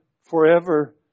forever